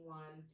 one